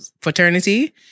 fraternity